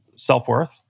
self-worth